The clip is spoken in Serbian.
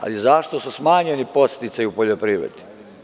Ali, zašto su smanjeni podsticaji u poljoprivredi?